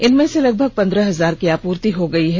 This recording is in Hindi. इनमें से लगभग पंद्रह हजार की आपूर्ति हो गयी है